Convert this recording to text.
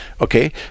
okay